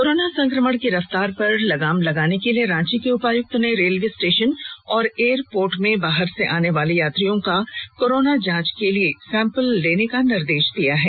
corona संक्रमण की रफ्तार पर लगाम लगाने के लिए रांची के उपायुक्त ने रेलवे स्टेशन और एयर पोर्ट में बाहर से आने वाले यात्रियों का कोरोना जांच के लिए सैम्पल लेने का निर्देश दिया है